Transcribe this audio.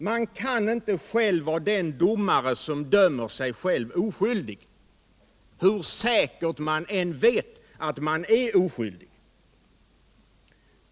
Man kan inte själv vara den domare som dömer sig själv oskyldig — hur säkert man än vet att man är oskyldig.